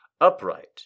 Upright